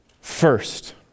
First